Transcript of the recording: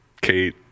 Kate